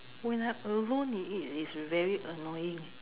when I'm alone with it it's very annoying